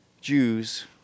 Jews